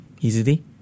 easily